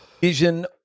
vision